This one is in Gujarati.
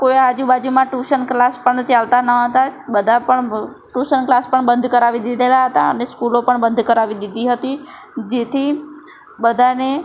કોઈ આજુબાજુમાં ટુશન ક્લાસ પણ ચાલતા ન હતા બધા પણ ટુશન ક્લાસ પણ બંધ કરાવી દીધેલા હતા અને સ્કૂલો પણ બંધ કરાવી દીધી હતી જેથી બધાને